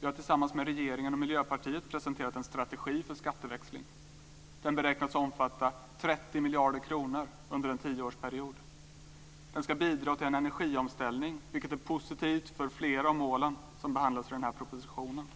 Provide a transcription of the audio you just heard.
Vi har tillsammans med regeringen och Miljöpartiet presenterat en strategi för skatteväxlingen. Den beräknas omfatta 30 miljarder kronor under en tioårsperiod. Den ska bidra till en energiomställning, vilket är positivt för flera av målen som behandlas i den här propositionen.